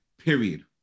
period